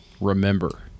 remember